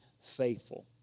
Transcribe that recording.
faithful